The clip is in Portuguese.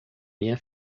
minha